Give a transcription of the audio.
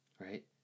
Right